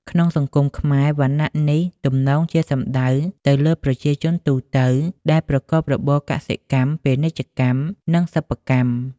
ក្នុងសង្គមខ្មែរ វណ្ណៈនេះទំនងជាសំដៅទៅលើប្រជាជនទូទៅដែលប្រកបរបរកសិកម្ម ពាណិជ្ជកម្ម និងសិប្បកម្ម។